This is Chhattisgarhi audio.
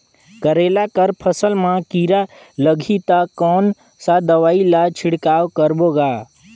करेला कर फसल मा कीरा लगही ता कौन सा दवाई ला छिड़काव करबो गा?